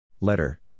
Letter